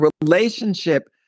relationship